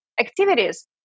activities